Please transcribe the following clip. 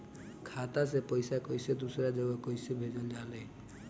खाता से पैसा कैसे दूसरा जगह कैसे भेजल जा ले?